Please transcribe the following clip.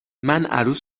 عروس